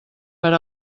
per